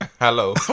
hello